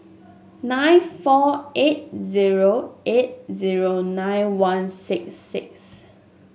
nine four eight zero eight zero nine one six six